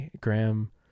Graham